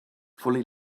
fully